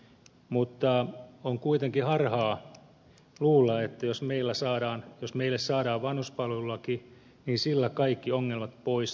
mutta on kuitenkin harhaa luulla että jos meille saadaan vanhuspalvelulaki niin sillä kaikki ongelmat poistuvat